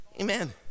Amen